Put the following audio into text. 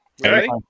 ready